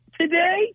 today